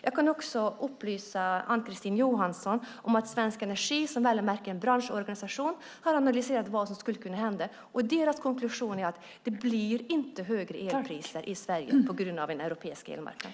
Jag kan också upplysa Ann-Kristine Johansson om att Svensk Energi som är en branschorganisation har analyserat vad som skulle hända. Deras konklusion är att det blir inte högre elpriser i Sverige på grund av en europeisk elmarknad.